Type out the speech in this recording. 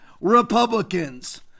Republicans